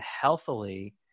healthily